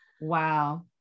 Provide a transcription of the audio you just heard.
Wow